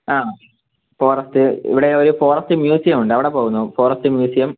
ആ ഫോറസ്റ്റ് ഇവിടെ ഒരു ഫോറസ്റ്റ് മ്യൂസിയം ഉണ്ട് അവിടെ പോവുന്നോ ഫോറസ്റ്റ് മ്യൂസിയം